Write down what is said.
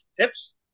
tips